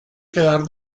quedar